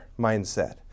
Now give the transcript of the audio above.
mindset